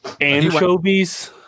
Anchovies